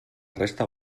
resta